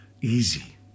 easy